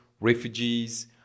refugees